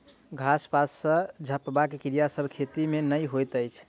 घास पात सॅ झपबाक क्रिया सभ खेती मे नै होइत अछि